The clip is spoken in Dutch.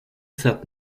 zat